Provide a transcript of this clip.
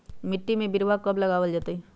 मिट्टी में बिरवा कब लगवल जयतई?